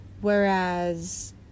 Whereas